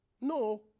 No